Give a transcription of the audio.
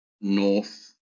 north